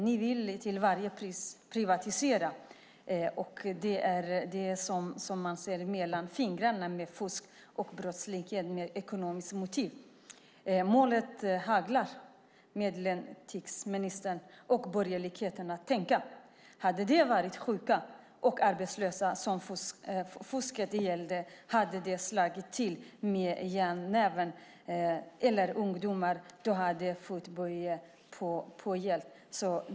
Ni vill till varje pris privatisera, och det är som att man ser mellan fingrarna med fusk och brottslighet med ekonomiska motiv. Målet helgar medlen, tycks ministern och borgerligheten tänka. Hade det varit sjuka och arbetslösa som fusket gällde hade man slagit till med järnnäven, och hade det varit ungdomar hade det varit fotboja på.